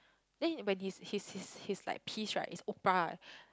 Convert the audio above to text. then when his his his his like piece right is opera eh